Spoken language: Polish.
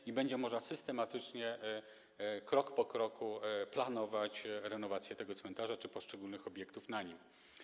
I będzie można systematycznie, krok po kroku, planować renowację tego cmentarza czy poszczególnych obiektów na nim.